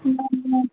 न न